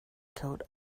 code